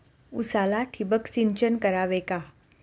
उसाला ठिबक सिंचन करावे का?